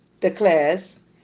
declares